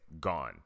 gone